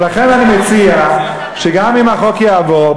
ולכן אני מציע שגם אם החוק יעבור,